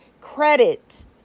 credit